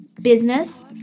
business